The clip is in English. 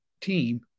team